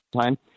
time